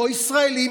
לא ישראלים.